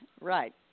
Right